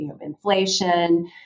inflation